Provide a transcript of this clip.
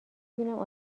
بینم